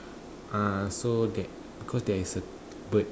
ah so that cause there's a bird